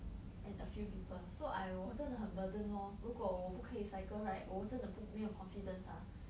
and a few people so I 我真的很 burden lor 如果我不可以 cycle right 我真的不没有 confidence ah